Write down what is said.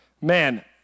Man